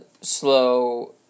slow